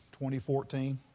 2014